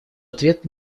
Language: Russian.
ответ